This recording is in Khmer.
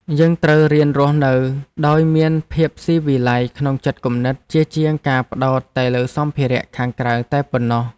យើងត្រូវរៀនរស់នៅដោយមានភាពស៊ីវិល័យក្នុងចិត្តគំនិតជាជាងការផ្តោតតែលើសម្ភារៈខាងក្រៅតែប៉ុណ្ណោះ។